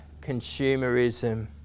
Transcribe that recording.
consumerism